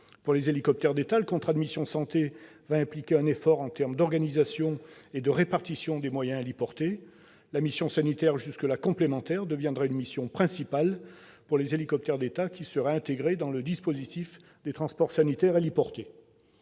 pour les hélicoptères d'État, le contrat mission santé va impliquer un effort en termes d'organisation et de répartition des moyens héliportés. La mission sanitaire, jusque-là complémentaire, deviendrait une mission principale pour ces hélicoptères, qui seraient intégrés dans le dispositif des transports sanitaires héliportés.